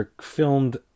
filmed